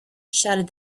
shouted